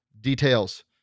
details